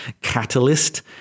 Catalyst